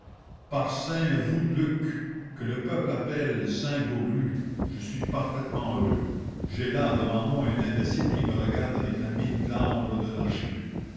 par saint voult de lucques que le peuple appelle saint goguelu je suis parfaitement heureux j'ai là devant moi un imbécile qui me regarde avec la mine glabre d'un archiduc